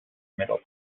middle